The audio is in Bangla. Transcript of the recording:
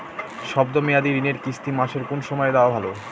শব্দ মেয়াদি ঋণের কিস্তি মাসের কোন সময় দেওয়া ভালো?